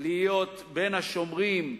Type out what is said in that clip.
להיות בין השומרים,